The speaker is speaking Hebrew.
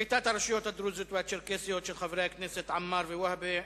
שמספרן 887 ו-893, של חברי הכנסת עמאר ווהבה.